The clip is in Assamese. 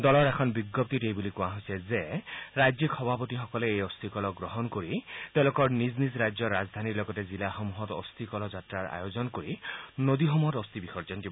দলৰ এখন বিজ্ঞপ্তিত কৈছে যে ৰাজ্যিক সভাপতিসকলে এই অস্থিকলহ গ্ৰহণ কৰি তেওঁলোকৰ নিজ নিজ ৰাজ্যৰ ৰাজধানীৰ লগতে জিলাসমূহত অস্থিকলহ যাত্ৰাৰ আয়োজন কৰি নদীসমূহত অস্থি বিসৰ্জন কৰিব